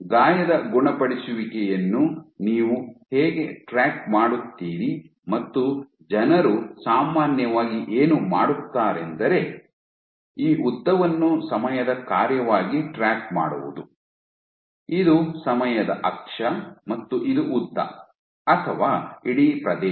ಗಾಯದ ಗುಣಪಡಿಸುವಿಕೆಯನ್ನು ನೀವು ಹೇಗೆ ಟ್ರ್ಯಾಕ್ ಮಾಡುತ್ತೀರಿ ಮತ್ತು ಜನರು ಸಾಮಾನ್ಯವಾಗಿ ಏನು ಮಾಡುತ್ತಾರೆಂದರೆ ಈ ಉದ್ದವನ್ನು ಸಮಯದ ಕಾರ್ಯವಾಗಿ ಟ್ರ್ಯಾಕ್ ಮಾಡುವುದು ಇದು ಸಮಯದ ಅಕ್ಷ ಮತ್ತು ಇದು ಉದ್ದ ಅಥವಾ ಇಡೀ ಪ್ರದೇಶ